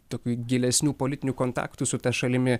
tokių gilesnių politinių kontaktų su ta šalimi